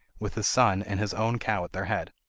with his son and his own cow at their head.